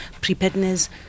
preparedness